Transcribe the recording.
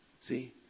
See